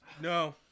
No